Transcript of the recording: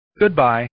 Goodbye